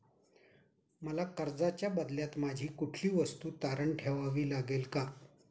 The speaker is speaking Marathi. मला कर्जाच्या बदल्यात माझी कुठली वस्तू तारण ठेवावी लागेल का?